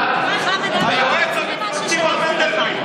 היועץ המפלגתי מר מנדלבליט.